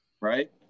right